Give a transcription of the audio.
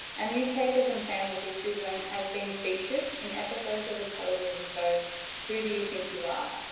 and newspapers and family history zone has been featured in episodes of the television show who do you think you are,